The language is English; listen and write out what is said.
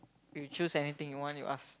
you choose anything you want you ask